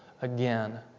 again